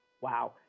wow